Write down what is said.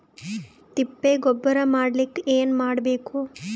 ತಿಪ್ಪೆ ಗೊಬ್ಬರ ಮಾಡಲಿಕ ಏನ್ ಮಾಡಬೇಕು?